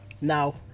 Now